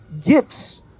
gifts